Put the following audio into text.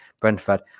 Brentford